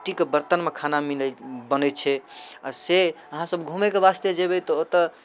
मिट्टीके बरतनमे खाना मिलै बनै छै आओर से अहाँसभ घुमैके वास्ते जेबै तऽ ओतऽ